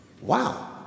Wow